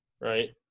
right